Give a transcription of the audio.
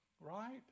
right